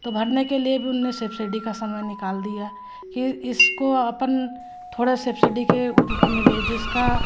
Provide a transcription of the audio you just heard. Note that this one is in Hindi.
तो भरने के लिए भी उन्होंने सब्सिडी का समय निकाल दिया कि इसको अपन थोड़ा सब्सिडी के रूप मिले जिसका